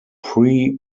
pre